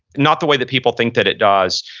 not the way that people think that it does.